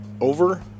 over